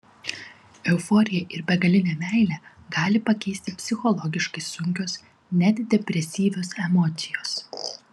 euforiją ir begalinę meilę gali pakeisti psichologiškai sunkios net depresyvios emocijos